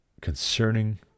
concerning